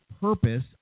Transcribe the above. purpose